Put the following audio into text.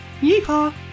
Yeehaw